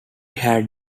had